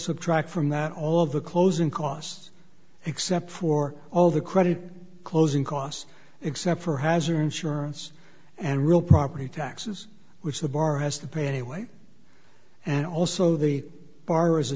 subtract from that all of the closing cost except for all the credit closing costs except for hazare insurance and real property taxes which the bar has to pay anyway and also the b